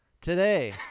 today